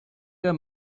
der